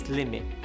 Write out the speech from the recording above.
limit